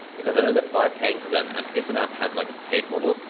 because i know that by paying for them and if an app has like a paid model,